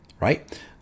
right